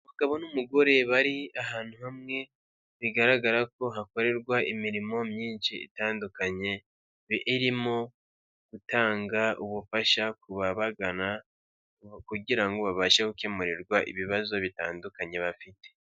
Umugabo n'umugore bari ahantu hamwe bigaragara ko hakorerwa imirimo myinshi itandukanye, irimo gutanga ubufasha kubabagana kugirango ngo babashe gukemurirwa ibibazo bitandukanye bafite.